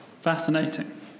fascinating